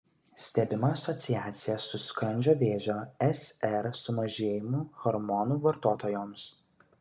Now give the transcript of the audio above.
stebima asociacija su skrandžio vėžio sr sumažėjimu hormonų vartotojoms